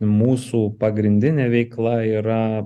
mūsų pagrindinė veikla yra